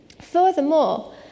Furthermore